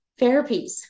therapies